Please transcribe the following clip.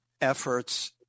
efforts